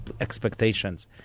Expectations